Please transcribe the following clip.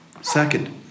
Second